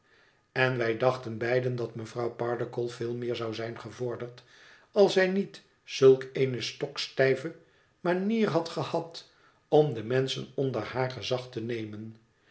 en wij dachten beide dat mevrouw pardiggle veel meer zou zijn gevorderd als zij niet zulk eene stokstijve manier had gehad om de menschen onder haar gezag te nemen